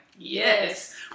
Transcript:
Yes